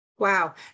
Wow